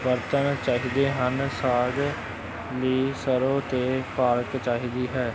ਬਰਤਨ ਚਾਹੀਦੇ ਹਨ ਸਾਗ ਲਈ ਸਰ੍ਹੋਂ ਅਤੇ ਪਾਲਕ ਚਾਹੀਦੀ ਹੈ